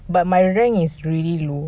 but my rank is really low